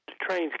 trains